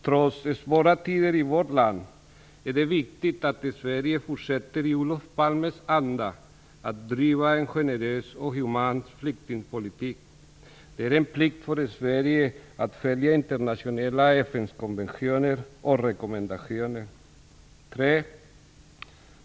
Trots svåra tider i vårt land är det viktigt att Sverige i Olof Palmes anda fortsätter att driva en generös och human flyktingpolitik. Det är en plikt för Sverige att följa internationella FN-konventioner och rekommendationer. 5.